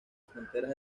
fronteras